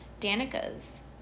Danica's